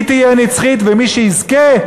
היא תהיה נצחית, ומי שיזכה,